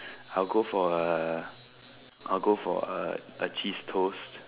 I'll go for a I'll go for a cheese toast